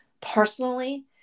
personally